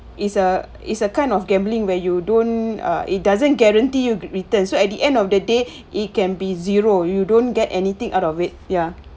is a is a kind of gambling where you don't uh it doesn't guarantee you return so at the end of the day it can be zero you don't get anything out of it ya